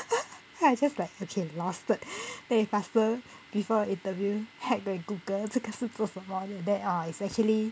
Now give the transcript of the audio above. then I just like okay losted then I faster before the interview hack the google 这个是做什么 then oh it's actually